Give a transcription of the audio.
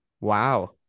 Wow